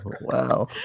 wow